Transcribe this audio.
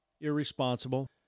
irresponsible